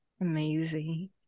amazing